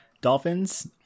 dolphins